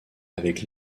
avec